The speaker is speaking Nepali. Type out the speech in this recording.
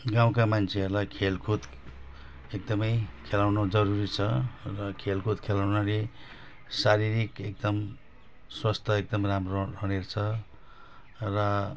गाउँका मान्छेहरूलाई खेलकुद एकदमै खेलाउनु जरुरी छ र खेलकुद खेलाउनाले शारीरिक एकदम स्वास्थ्य एकदम राम्रो हुनेछ र